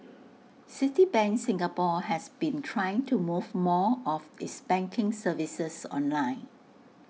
Citibank Singapore has been trying to move more of its banking services online